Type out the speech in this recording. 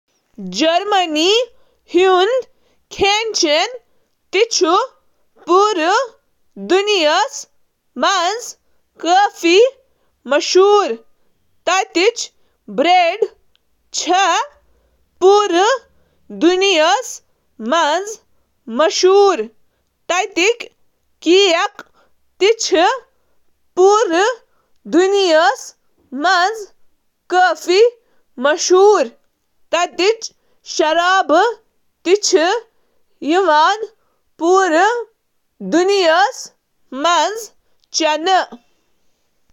German ترکیبہٕ چھِ روٹی، آلو، تہٕ ماز، خاص طور پٲٹھۍ سورٕ ماز سۭتۍ سۭتۍ واریاہ سبز یتھ کٔنۍ گوبھی تہٕ کیل پٮ۪ٹھ واریاہ زیادٕ توجہ مرکوز کران۔ کیک، کافی تہٕ بیئر چھِ سٲری جرمن کھٮ۪نَن ہٕنٛدۍ انتہٲئی مشہوٗر عنصر -